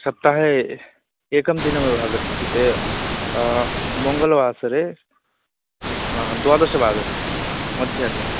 सप्ताहे एकं दिनमेव आगच्छन्ति ते मङ्गलवासरे द्वादशवादने मध्याह्ने